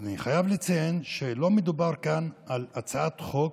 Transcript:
אני חייב לציין שלא מדובר כאן על הצעת חוק